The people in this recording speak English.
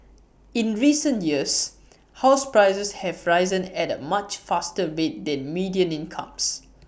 in recent years house prices have risen at A much faster rate than median incomes